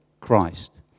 Christ